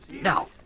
Now